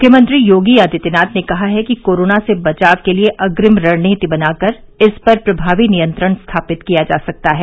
मुख्यमंत्री योगी आदित्यनाथ ने कहा है कि कोरोना से बचाव के लिए अग्रिम रणनीति बनाकर इस पर प्रभावी नियंत्रण स्थापित किया जा सकता है